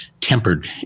tempered